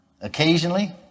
Occasionally